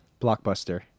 Blockbuster